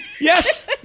Yes